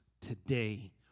today